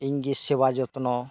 ᱤᱧ ᱜᱮ ᱥᱮᱵᱟ ᱡᱚᱛᱚᱱᱚ